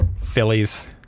Phillies